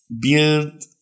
build